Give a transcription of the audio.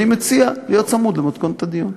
אני מציע להיות צמוד למתכונת הדיון.